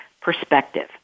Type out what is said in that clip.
perspective